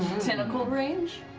tentacle range?